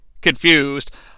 confused